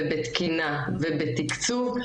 בתקינה ובתקצוב,